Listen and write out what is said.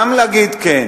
גם להגיד "כן",